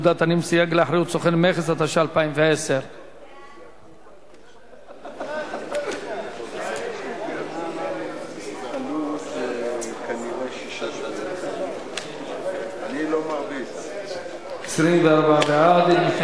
לאחריות סוכן מכס), התשע"א 2010. מי בעד?